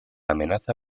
amenaza